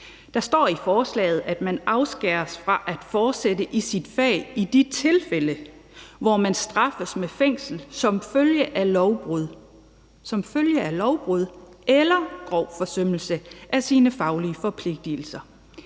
Der står i forslaget, at man afskæres fra at fortsætte i sit fag i de tilfælde, hvor man straffes med fængsel som følge af lovbrud – som følge af lovbrud – eller grov forsømmelse af sine faglige forpligtigelser.